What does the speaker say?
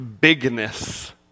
bigness